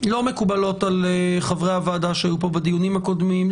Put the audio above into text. ועל חברי הוועדה שהיו פה בדיונים הקודמים.